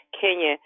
Kenya